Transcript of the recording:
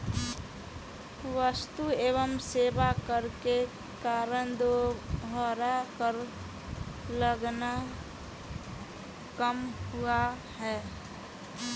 वस्तु एवं सेवा कर के कारण दोहरा कर लगना कम हुआ है